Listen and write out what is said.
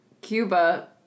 Cuba